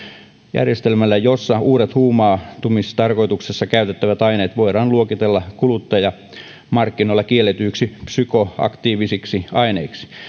järjestelmällä jossa uudet huumaantumistarkoituksessa käytettävät aineet voidaan luokitella kuluttajamarkkinoilla kielletyiksi psykoaktiivisiksi aineiksi